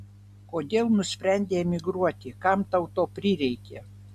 kodėl nusprendei emigruoti kam tau to prireikė